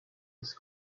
ist